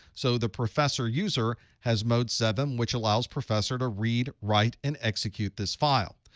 so the professor user has mode seven, which allows professor to read, write, and execute this file.